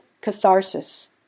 Catharsis